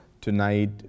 tonight